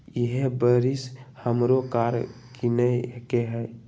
इहे बरिस हमरो कार किनए के हइ